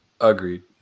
Agreed